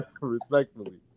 Respectfully